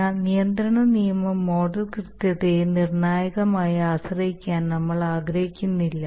എന്നാൽ നിയന്ത്രണ നിയമം മോഡൽ കൃത്യതയെ നിർണായകമായി ആശ്രയിക്കാൻ നമ്മൾ ആഗ്രഹിക്കുന്നില്ല